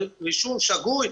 של רישום שגוי,